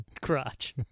crotch